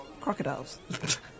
crocodiles